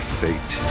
fate